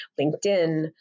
linkedin